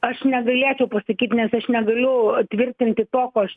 aš negalėčiau pasakyt nes aš negaliu tvirtinti to ko aš